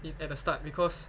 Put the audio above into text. it at the start because